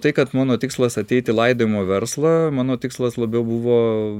tai kad mano tikslas ateit į laidojimo verslą mano tikslas labiau buvo